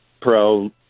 pro